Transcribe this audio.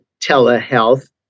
telehealth